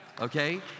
Okay